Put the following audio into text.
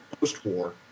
post-war